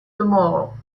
tomorrow